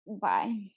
Bye